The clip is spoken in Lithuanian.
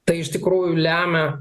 tai iš tikrųjų lemia